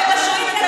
ועל זה מדובר.